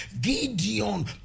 Gideon